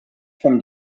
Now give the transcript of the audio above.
from